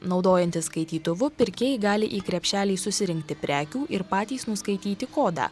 naudojantis skaitytuvu pirkėjai gali į krepšelį susirinkti prekių ir patys nuskaityti kodą